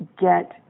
get